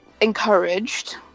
encouraged